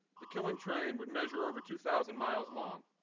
the killing train would measure over two thousand miles long.